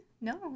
No